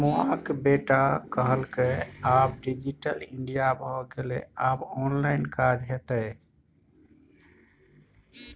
रमुआक बेटा कहलकै आब डिजिटल इंडिया भए गेलै आब ऑनलाइन काज हेतै